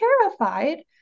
terrified